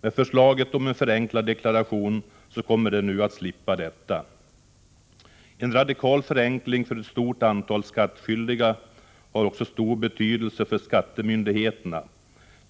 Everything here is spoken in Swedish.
Med förslaget om en förenklad deklaration kommer de nu att slippa detta. En radikal förenkling för ett stort antal skattskyldiga har stor betydelse också för skattemyndigheterna.